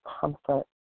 comfort